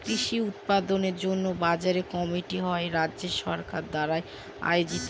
কৃষি উৎপাদনের জন্য বাজার কমিটি হয় রাজ্য সরকার দ্বারা আয়োজিত